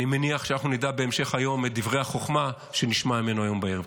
אני מניח שאנחנו נדע בהמשך היום את דברי החוכמה שנשמע ממנו היום בערב.